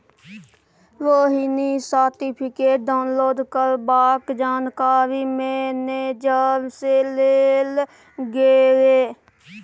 Rohini certificate download करबाक जानकारी manager सँ लेल गेलै